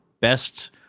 best